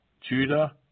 Judah